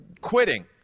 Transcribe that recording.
quitting